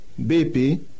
BP